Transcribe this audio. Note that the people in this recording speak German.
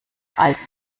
als